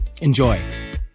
Enjoy